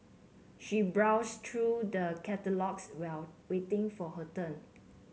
she browsed through the catalogues while waiting for her turn